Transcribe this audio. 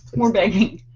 we're begging,